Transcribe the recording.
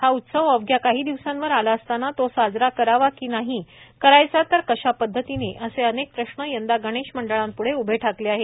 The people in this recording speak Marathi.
हा उत्सव अवघ्या काही दिवसांवर आला असतांना तो साजरा करावा की नाही करायचा तर कशा पद्धतीने असे अनेक प्रश्न यंदा गणेश मंडळांप्ढे उभे ठाकले आहेत